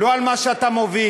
לא על מה שאתה מוביל,